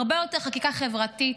והרבה יותר חקיקה חברתית,